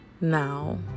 now